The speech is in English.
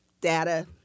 data